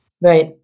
Right